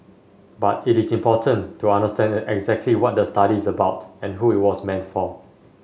but it is important to understand exactly what the study is about and who it was meant for